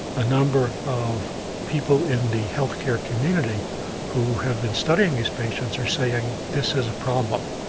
a number of people in the healthcare community who have been studying these patients are saying this is a problem.